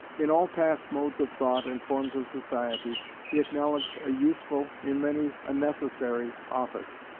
in all past modes of thought and forms of society he acknowledged a useful, in many a necessary, office,